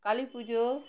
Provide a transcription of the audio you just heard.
Kali Puja